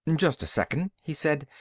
just a second, he said.